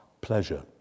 pleasure